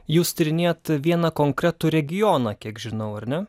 jūs tyrinėjat vieną konkretų regioną kiek žinau ar ne